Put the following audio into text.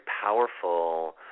powerful